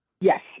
Yes